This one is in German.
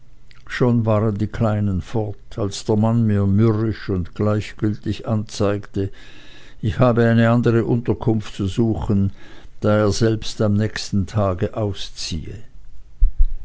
schon waren die kleinen fort als der mann mir mürrisch und gleichgültig anzeigte ich habe eine andere unterkunft zu suchen da er selbst am nächsten tage ausziehe